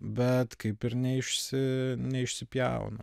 bet kaip ir neišsi neišsipjauna